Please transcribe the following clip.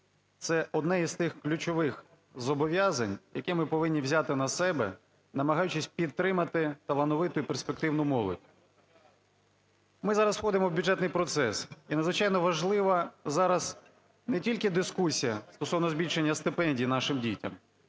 це одне із тих ключових зобов'язань, які ми повинні взяти на себе, намагаючись підтримати талановиту і перспективну молодь. Ми зараз входимо в бюджетний процес, і надзвичайно важлива зараз не тільки дискусія стосовно збільшення стипендій нашим дітям,